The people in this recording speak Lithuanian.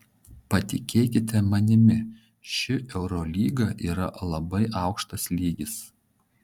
patikėkite manimi ši eurolyga yra labai aukštas lygis